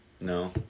No